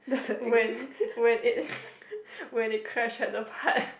when when it when it crash at the part